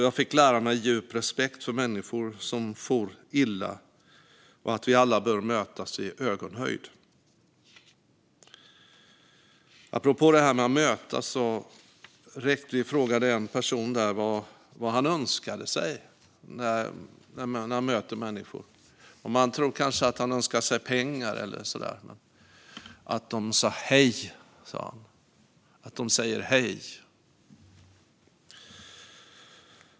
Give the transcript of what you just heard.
Jag fick lära mig djup respekt för människor som far illa och att vi alla bör mötas i ögonhöjd. Apropå detta att mötas frågade vi en person där vad han önskade sig när han mötte människor. Man kanske tror att han önskade sig pengar eller så. "Att de säger hej", sa han.